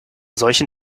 solchen